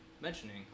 mentioning